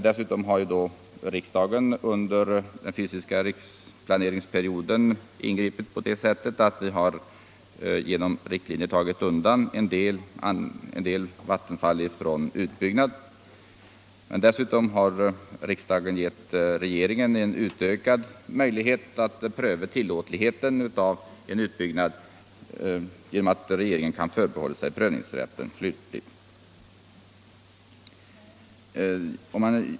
Dessutom har riksdagen under den fysiska riksplaneringsperioden utfärdat riktlinjer genom vilka en del vattenfall undantas från utbyggnad. Vidare har riksdagen givit regeringen ökade möjligheter att pröva tillåtligheten av en utbyggnad genom att regeringen kan förbehålla sig prövningsrätten slutligt.